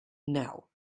now